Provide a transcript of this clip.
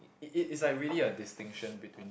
it it it's like really a distinction between